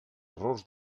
errors